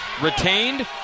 retained